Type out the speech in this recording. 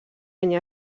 any